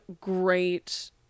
great